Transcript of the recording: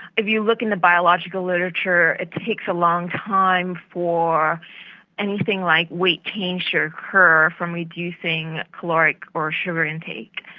if you look in the biological literature, it takes a long time for anything like weight change to occur from reducing caloric or sugar intake.